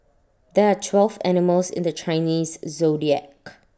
there are twelve animals in the Chinese Zodiac